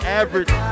average